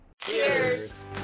Cheers